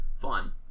fun